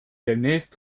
demnächst